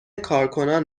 کارکنان